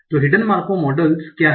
तो hidden Markov models क्या हैं